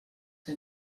que